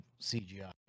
CGI